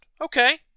Okay